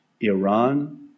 Iran